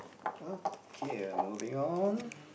okay I'm moving on